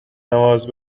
نماز